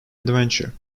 adventure